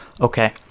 Okay